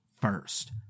first